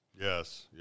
yes